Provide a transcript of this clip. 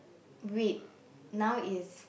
wait now is